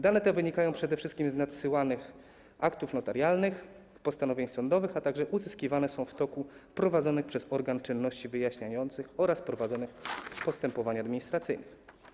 Dane te wynikają przede wszystkim z nadsyłanych aktów notarialnych, postanowień sądowych, a także uzyskiwane są w toku prowadzonych przez organ czynności wyjaśniających oraz prowadzonych postępowań administracyjnych.